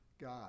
God